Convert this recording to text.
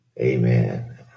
Amen